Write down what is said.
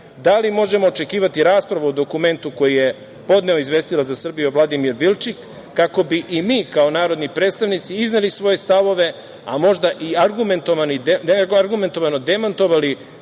da li možemo očekivati raspravo o dokumentu koji je podneo izvestilac za Srbiju, Vladimir Bilčik, kako bi i mi kao narodni predstavnici izneli svoje stavove, a možda i argumentovano demantovali